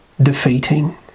defeating